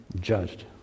judged